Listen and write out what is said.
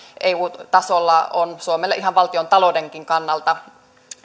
eu tasolla on suomelle ihan valtiontaloudenkin kannalta